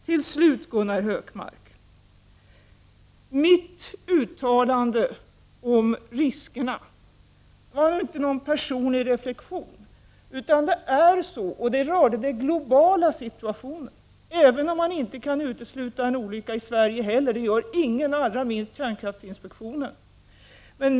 Till slut, Gunnar Hökmark: Mitt uttalande om riskerna var inte någon personlig reflexion. Det berörde den globala situationen, även om man inte kan utesluta en olycka i Sverige heller; det gör allra minst kärnkraftsinspektionen.